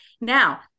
Now